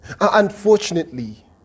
unfortunately